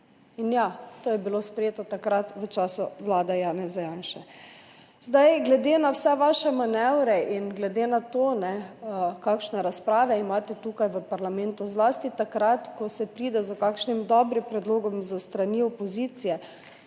In ja, to je bilo sprejeto takrat v času vlade Janeza Janše. Zdaj glede na vse vaše manevre in glede na to, kakšne razprave imate tukaj v parlamentu, zlasti takrat, ko se pride s kakšnim dobrim predlogom s strani opozicije,